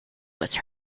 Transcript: was